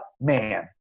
man